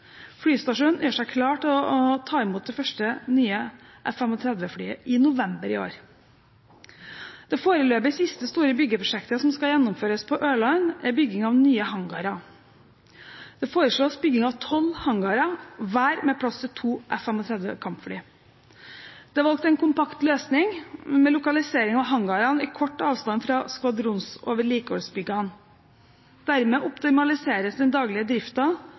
Flystasjonen gjør seg klar til å ta imot det første nye F-35-flyet i november i år. Det foreløpig siste store byggeprosjektet som skal gjennomføres på Ørland, er bygging av nye hangarer. Det foreslås bygging av tolv hangarer, hver med plass til to F-35 kampfly. Det er valgt en kompakt løsning, med lokalisering av hangarene i kort avstand fra skvadrons- og vedlikeholdsbyggene. Dermed optimaliseres den daglige